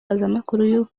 itangazamakuru